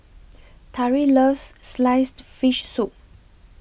Tari loves Sliced Fish Soup